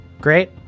Great